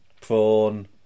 Prawn